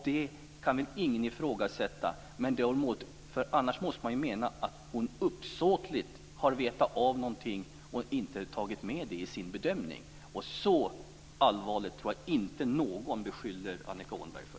Det kan väl ingen ifrågasätta, för annars måste man ju mena att hon uppsåtligt har vetat av något men inte tagit med det i sin bedömning. Men något så allvarligt tror jag inte att någon beskyller Annika Åhnberg för.